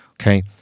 Okay